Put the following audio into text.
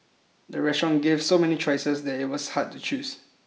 the restaurant gave so many choices that it was hard to choose